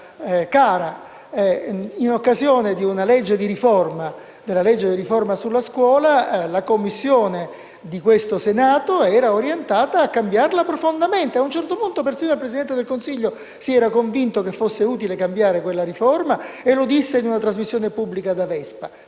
della discussione della legge di riforma sulla scuola, la Commissione istruzione di questo Senato era orientata a cambiare profondamente il provvedimento. Ad un certo punto, persino il Presidente del Consiglio si era convinto che fosse utile cambiare quella riforma e lo disse in una trasmissione pubblica da Vespa.